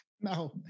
No